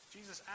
Jesus